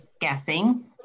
guessing